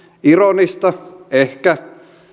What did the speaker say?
ironista ehkä